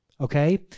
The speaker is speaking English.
okay